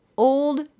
old